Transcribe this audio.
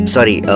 Sorry